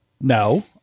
no